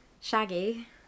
Shaggy